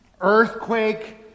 earthquake